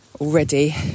already